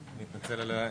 אני מתנצל על האיחור.